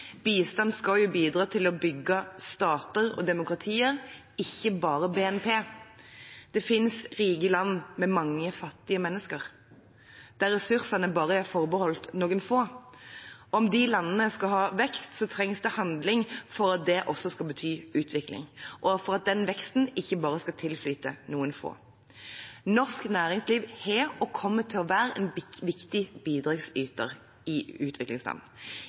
Bistand skal bidra til å bygge stater og demokratier, ikke bare BNP. Det finnes rike land med mange fattige mennesker der ressursene bare er forbeholdt noen få. Om disse landene skal ha vekst, trengs det handling for at det også skal bety utvikling, og for at den veksten ikke bare skal tilflyte noen få. Norsk næringsliv har vært og kommer til å være en viktig bidragsyter i utviklingsland.